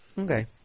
Okay